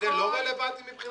זה לא רלבנטי, מבחינתך?